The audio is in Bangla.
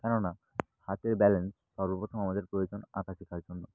কেননা হাতের ব্যালেন্স সর্বপ্রথম আমাদের প্রয়োজন আঁকা শেখার জন্য